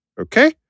Okay